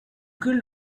killed